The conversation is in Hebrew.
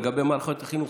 לגבי מערכת החינוך,